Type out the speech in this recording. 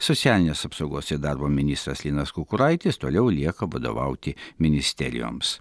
socialinės apsaugos ir darbo ministras linas kukuraitis toliau lieka vadovauti ministerijoms